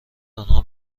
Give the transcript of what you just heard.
آنها